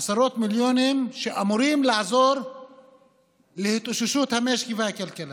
עשרות מיליונים שאמורים לעזור להתאוששות המשק והכלכלה,